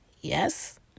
Yes